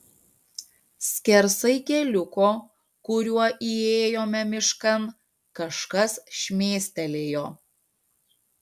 skersai keliuko kuriuo įėjome miškan kažkas šmėstelėjo